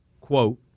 quote